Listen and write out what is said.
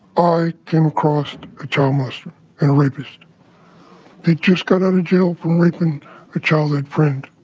i came across a child molester and a rapist that just got out of jail from raping a childhood friend.